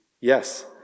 Yes